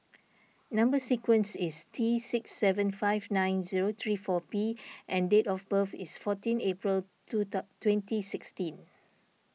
Number Sequence is T six seven five nine zero three four P and date of birth is fourteen April two twenty sixteen